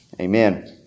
amen